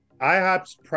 IHOP's